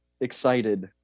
excited